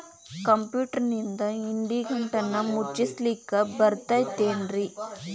ಕಂಪ್ಯೂಟರ್ನಿಂದ್ ಇಡಿಗಂಟನ್ನ ಮುಚ್ಚಸ್ಲಿಕ್ಕೆ ಬರತೈತೇನ್ರೇ?